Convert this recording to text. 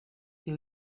see